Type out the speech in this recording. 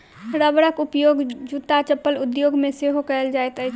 रबरक उपयोग जूत्ता चप्पल उद्योग मे सेहो कएल जाइत अछि